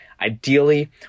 ideally